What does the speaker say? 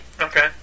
Okay